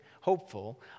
hopeful